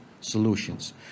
solutions